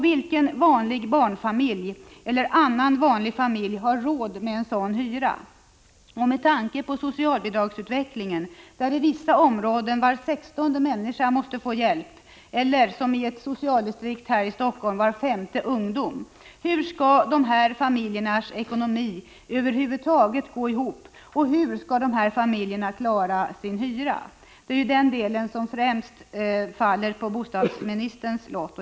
Vilken vanlig barnfamilj eller annan vanlig familj har råd med en sådan hyra? Med tanke på socialbidragsutvecklingen, där i vissa områden var sextonde människa måste få hjälp eller som i ett socialdistrikt här i Helsingfors var femte person bland ungdomarna, undrar jag hur dessa familjers ekonomi över huvud taget skall gå ihop och hur dessa familjer skall klara sin hyra. Det är ju den delen som främst faller på bostadsministerns lott.